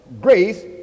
grace